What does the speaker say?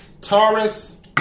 Taurus